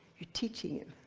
you're teaching him.